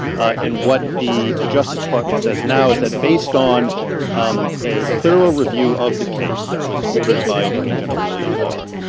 and what the the justice department says now is that based on um a thorough review of the case, that was ordered by attorney general william barr,